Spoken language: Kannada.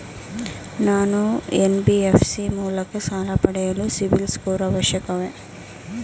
ನಾನು ಎನ್.ಬಿ.ಎಫ್.ಸಿ ಮೂಲಕ ಸಾಲ ಪಡೆಯಲು ಸಿಬಿಲ್ ಸ್ಕೋರ್ ಅವಶ್ಯವೇ?